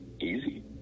easy